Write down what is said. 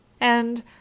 and